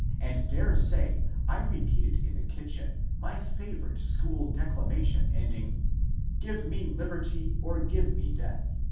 and dare say i repeated in the kitchen my favourite school declamation ending give me liberty or give me death!